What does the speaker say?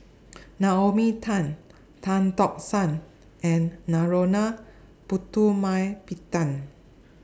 Naomi Tan Tan Tock San and Narana Putumaippittan